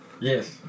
Yes